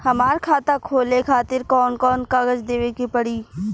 हमार खाता खोले खातिर कौन कौन कागज देवे के पड़ी?